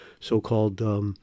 so-called